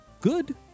good